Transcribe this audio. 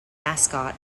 mascot